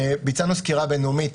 ביצענו סקירה בין-לאומית,